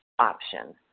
option